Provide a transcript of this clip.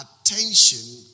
attention